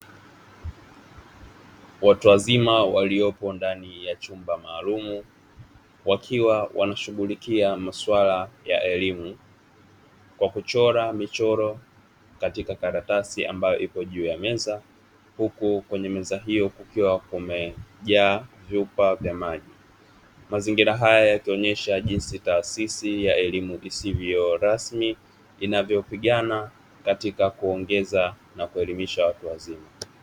Watu wazima waliopo ndani ya chumba maalumu wakiwa wanashughulikia masuala ya elimu na kuchora michoro katika karatasi ambayo ipo juu ya meza, huku kwenye meza hiyo kukiwa kumejaa vyupa vya maji. Mazingira haya yakionyesha jinsi taasisi ya elimu isiyo rasmi inavyopigana katika kuongeza na kuelimisha watu wazima.